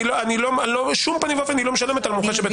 בשום פנים ואופן היא לא משלמת על מומחה מטעם בית המשפט.